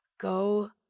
Go